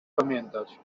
pamiętać